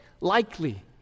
likely